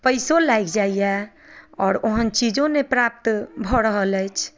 पैसो लागि जाइए आओर ओहेन चीजो नहि प्राप्त भऽ रहल अछि